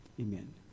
Amen